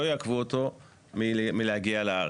לא יעכבו אותו מלהגיע לארץ.